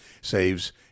saves